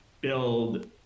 build